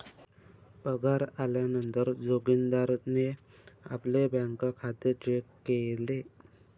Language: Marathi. पगार आल्या नंतर जोगीन्दारणे आपले बँक खाते चेक केले